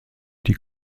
die